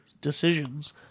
decisions